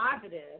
positive